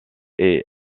est